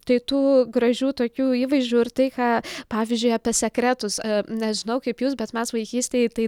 tai tų gražių tokių įvaizdžių ir tai ką pavyzdžiui apie sekretus nežinau kaip jūs bet mes vaikystėj tai